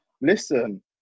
Listen